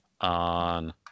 on